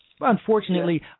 Unfortunately